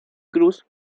cruz